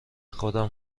خودم